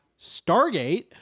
stargate